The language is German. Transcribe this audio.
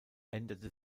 änderte